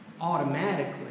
automatically